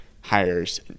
hires